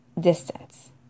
distance